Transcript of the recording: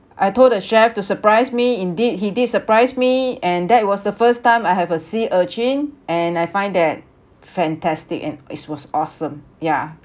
I told the chef to surprise me indeed he did surprise me and that was the first time I have a sea urchin and I find that fantastic and it was awesome yeah